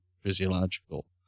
physiological